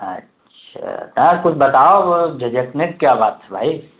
اچھا ہاں کچھ بتاؤ جھجھکنے کی کیا بات ہے بھائی